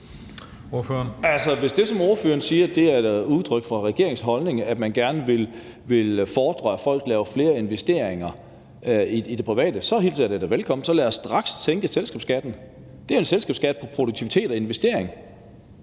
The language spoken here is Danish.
Hvis det, som ordføreren siger, er udtryk for regeringens holdning, altså at man gerne vil sikre, at folk laver flere investeringer i det private, så hilser jeg det da velkommen – så lad os straks sænke selskabsskatten. Det er en selskabsskat på produktivitet og investeringer.